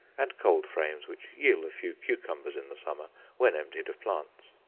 and cold frames which yield a few cucumbers in the summer when emptied of plants.